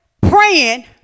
praying